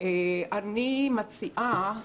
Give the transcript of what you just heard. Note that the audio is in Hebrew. אני מציעה,